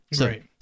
Right